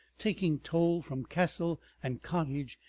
taking toll from castle and cottage,